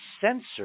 censor